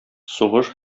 сугыш